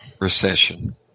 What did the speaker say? recession